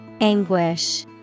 Anguish